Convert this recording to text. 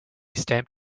stamp